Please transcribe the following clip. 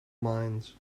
minds